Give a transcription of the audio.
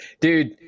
dude